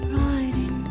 riding